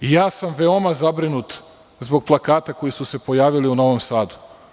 Veoma sam zabrinut zbog plakata koji su se pojavili u Novom Sadu.